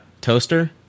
toaster